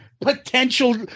potential